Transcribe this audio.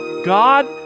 God